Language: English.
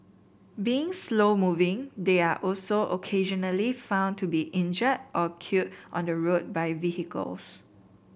being slow moving they are also occasionally found to be injured or killed on the road by vehicles